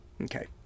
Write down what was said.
Okay